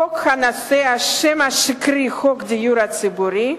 החוק הנושא את השם השקרי "חוק הדיור הציבורי",